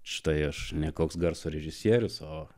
štai aš ne koks garso režisierius o